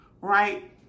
Right